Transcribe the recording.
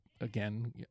again